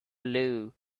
blue